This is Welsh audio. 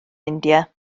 india